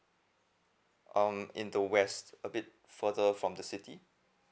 um in the west a bit further from the city